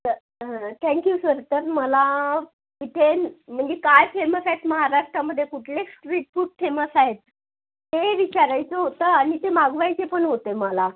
तर हां thank you sir तर मला इथे म्हणजे काय फेमस आहेत महाराष्ट्रामध्ये कुठले स्ट्रीट फूड फेमस आहेत ते विचारायचं होतं आणि ते मागवायचे पण होते मला